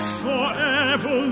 forever